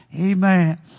Amen